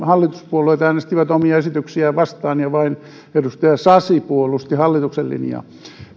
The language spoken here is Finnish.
hallituspuolueet äänestivät omia esityksiään vastaan ja vain edustaja sasi puolusti hallituksen linjaa